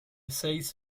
seis